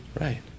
Right